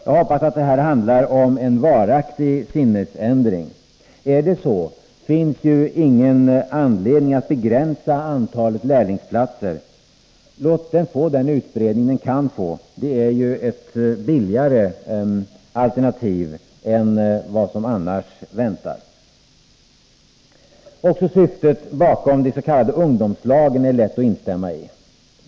Jag hoppas det nu handlar om en varaktig sinnesändring. Är det så, finns ju ingen anledning att begränsa antalet lärlingsplatser. Låt dem få den utbredning de kan få. Detta är ett billigare alternativ än vad som annars väntar. Också syftet bakom de s.k. ungdomslagen är det lätt att instämma i.